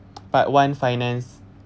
part one finance